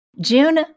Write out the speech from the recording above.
June